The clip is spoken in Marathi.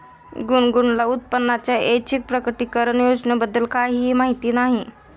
गुनगुनला उत्पन्नाच्या ऐच्छिक प्रकटीकरण योजनेबद्दल काहीही माहिती नाही